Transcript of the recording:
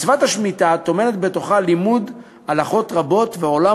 מצוות השמיטה טומנת בתוכה לימוד הלכות רבות ועולם